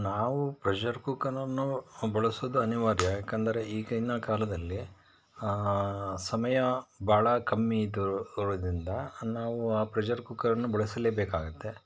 ನಾವೂ ಪ್ರೆಷರ್ ಕುಕ್ಕರನ್ನು ಬಳಸುವುದು ಅನಿವಾರ್ಯ ಏಕೆಂದ್ರೆ ಈಗಿನ ಕಾಲದಲ್ಲಿ ಆ ಸಮಯ ಭಾಳ ಕಮ್ಮಿ ಇದ್ದರು ಇರೋದರಿಂದ ನಾವು ಆ ಪ್ರೆಷರ್ ಕುಕ್ಕರನ್ನು ಬಳಸಲೇಬೇಕಾಗುತ್ತೆ